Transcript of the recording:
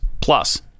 plus